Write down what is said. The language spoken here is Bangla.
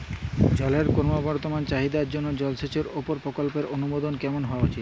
জলের ক্রমবর্ধমান চাহিদার জন্য জলসেচের উপর প্রকল্পের অনুমোদন কেমন হওয়া উচিৎ?